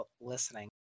listening